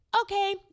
okay